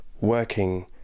working